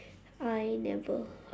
I never